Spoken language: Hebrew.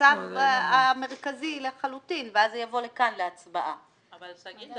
הצו המרכזי לחלוטין ואז זה יבוא לכאן להצבעה.